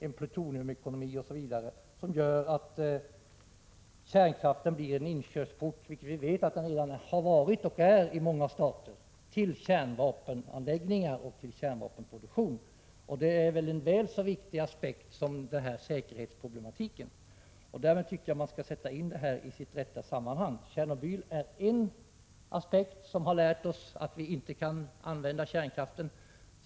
Hur skall vi förhindra en plutoniumekonomi, som gör att kärnkraften blir en inkörsport, vilket vi vet att den har varit och är i många stater, till kärnvapenanläggningar och till kärnvapenproduktion. Det är en väl så viktig aspekt som säkerhetsproblematiken. Jag tycker att man skall sätta in detta i sitt rätta sammanhang. Tjernobyl är en aspekt som har lärt oss att vi inte kan använda kärnkraften.